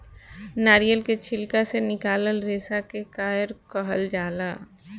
नारियल के छिलका से निकलाल रेसा के कायर कहाल जाला